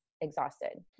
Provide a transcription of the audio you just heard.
exhausted